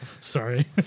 Sorry